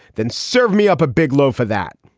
then served me up a big low for that.